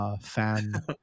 fan